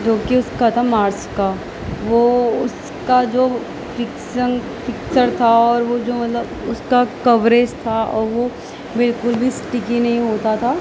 جوکہ اس کا تھا مارس کا وہ اس کا جو فکسم فکسر تھا اور وہ جو مطلب اس کا کوریج تھا اور وہ بالکل بھی اسٹیکی نہیں ہوتا تھا